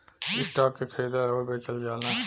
stock के खरीदल आउर बेचल जाला